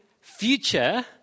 future